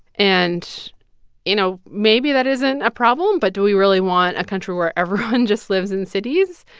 and you know, maybe that isn't a problem. but do we really want a country where everyone just lives in cities?